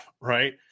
right